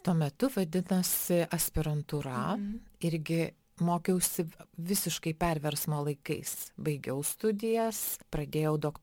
tuo metu vadinosi aspirantūra irgi mokiausi visiškai perversmo laikais baigiau studijas pradėjau dok